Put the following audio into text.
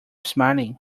smiling